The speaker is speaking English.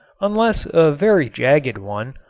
unless a very jagged one,